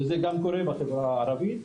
וזה גם קורה בחברה הערבית.